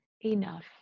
enough